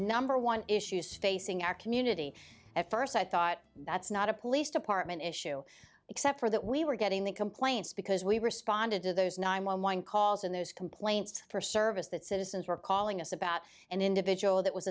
number one issues facing our community at first i thought that's not a police department issue except for that we were getting the complaints because we responded to those nine one one calls and those complaints for service that citizens were calling us about an individual that was